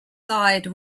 side